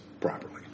properly